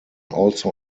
also